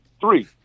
Three